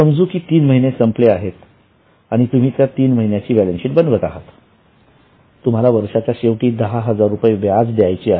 समजू की तीन महिने संपले आहेत आणि तुम्ही त्या तीन महिन्याची बॅलन्सशीट बनवत आहात तुम्हाला वर्षाच्या शेवटी दहा हजार रुपये व्याज द्यायचे आहे